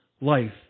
life